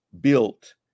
built